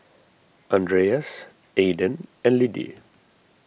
andreas Aiden and Liddie